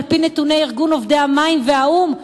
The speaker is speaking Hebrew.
כשעל-פי נתוני ארגון עובדי המים והאו"ם,